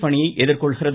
ப் அணியை எதிர்கொள்கிறது